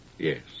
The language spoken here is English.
Yes